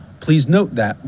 please note that,